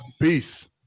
Peace